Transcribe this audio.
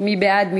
מי בעד?